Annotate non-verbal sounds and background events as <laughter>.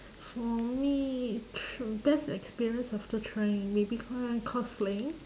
for me <noise> best experience after trying maybe uh cosplaying